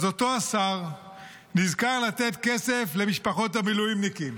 אותו שר נזכר לתת כסף למשפחות המילואימניקים,